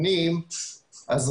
בבקשה.